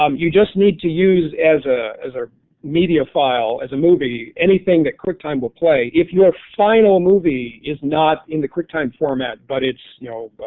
um you just need to use as ah as a media file as a movie anything that quicktime will play. iif your final movie is not in the quicktime format but it's you know but